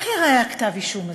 איך ייראה כתב האישום הזה?